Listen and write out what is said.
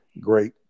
great